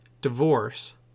Divorce